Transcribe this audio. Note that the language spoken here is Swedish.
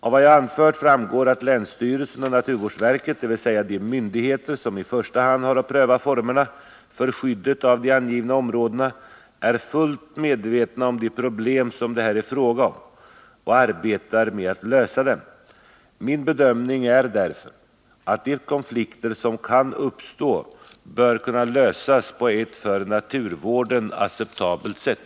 Av vad jag anfört framgår att länsstyrelsen och naturvårdsverket, dvs. de myndigheter som i första hand har att pröva formerna för skyddet av de angivna områdena, är fullt medvetna om de problem det här är fråga om och arbetar med att lösa dem. Min bedömning är därför att de konflikter som kan uppstå bör kunna lösas på ett för naturvården acceptabelt sätt.